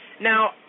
Now –